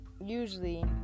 usually